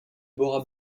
bora